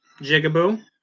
Jigaboo